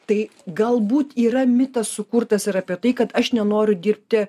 tai galbūt yra mitas sukurtas ir apie tai kad aš nenoriu dirbti